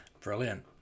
Brilliant